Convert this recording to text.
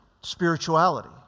spirituality